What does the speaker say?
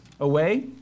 away